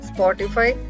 Spotify